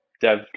dev